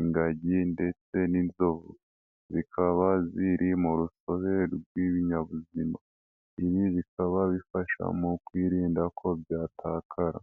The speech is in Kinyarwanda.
intare ndetse n'inzovu zikaba ziri mu rusobe rw'ibinyabuzima, ibi bikaba bifasha mu kwirinda ko byatakara.